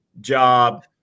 Job